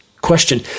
Question